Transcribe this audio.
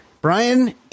Brian